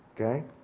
Okay